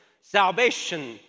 salvation